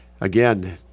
Again